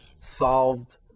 solved